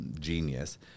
genius